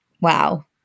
Wow